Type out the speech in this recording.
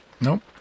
Nope